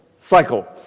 cycle